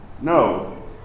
No